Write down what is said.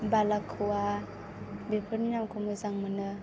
बालाख'वा बेफोरनि नामखौ मोजां मोनो